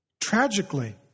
Tragically